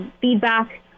feedback